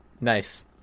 nice